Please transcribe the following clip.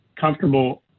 comfortable